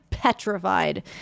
petrified